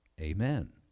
Amen